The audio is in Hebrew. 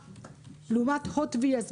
לעומת הוט ויס.